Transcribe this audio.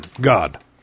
God